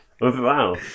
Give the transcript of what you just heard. Wow